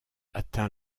atteint